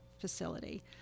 facility